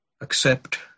Accept